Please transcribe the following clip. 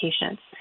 patients